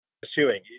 pursuing